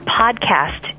podcast